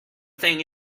thing